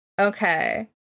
Okay